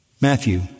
Matthew